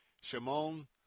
Shimon